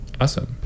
awesome